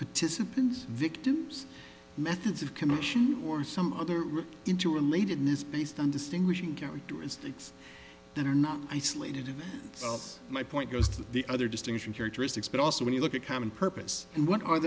participants victims methods of commission or some other rip into related needs based on distinguishing characteristics that are not isolated to my point goes to the other distinction characteristics but also when you look at common purpose and what are